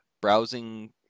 browsing